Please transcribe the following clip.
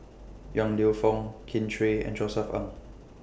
Yong Lew Foong Kin Chui and Josef Ng